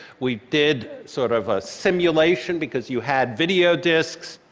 we did sort of a simulation, because you had video discs,